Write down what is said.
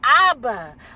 Abba